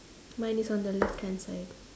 mine is on the left hand side